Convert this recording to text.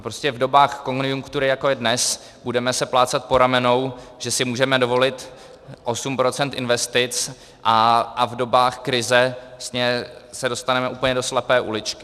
Prostě v dobách konjunktury, jako je dnes, se budeme plácat po ramenou, že si můžeme dovolit 8 % investic, a v dobách krize vlastně se dostaneme úplně do slepé uličky.